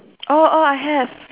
oh oh I have